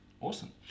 Awesome